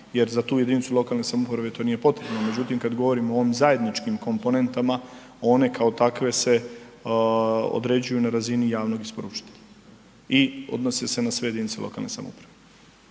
jer za tu jedinicu lokalne samouprave, to nije potrebno međutim kad govorimo o ovim zajedničkim komponentama, one kao takve se određuju na razini javnog isporučitelja i odnose na sve jedinice lokalne samouprave.